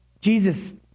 Jesus